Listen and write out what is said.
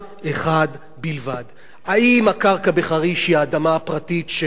האם הקרקע בחריש היא האדמה הפרטית של אריאל אטיאס?